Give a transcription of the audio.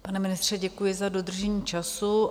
Pane ministře, děkuji za dodržení času.